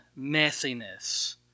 messiness